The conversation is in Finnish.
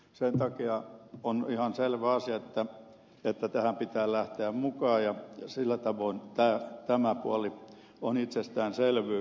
sen takia on ihan selvä asia että tähän pitää lähteä mukaan ja sillä tavoin tämä puoli on itsestäänselvyys